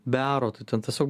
be aro tai ten tiesiog